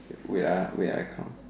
wait ah wait ah I count